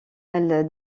elle